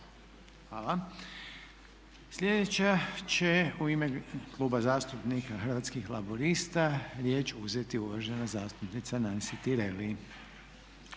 Hvala. Sljedeća će u ime Kluba zastupnika Hrvatskih laburista riječ uzeti uvažena zastupnica Nansi Tireli.